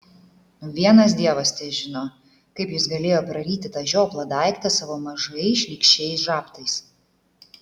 vienas dievas težino kaip jis galėjo praryti tą žioplą daiktą savo mažais šlykščiais žabtais